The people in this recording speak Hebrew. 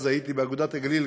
אז הייתי באגודת הגליל,